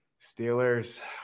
Steelers